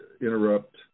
interrupt